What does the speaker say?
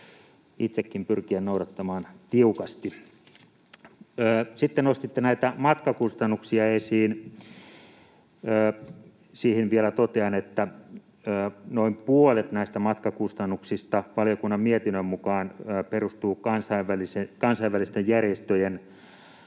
itsekin pyrkiä noudattamaan tiukasti. Sitten nostitte näitä matkakustannuksia esiin. Siihen vielä totean, että noin puolet näistä matkakustannuksista valiokunnan mietinnön mukaan perustuu kansainvälisten järjestöjen